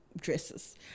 dresses